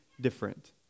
different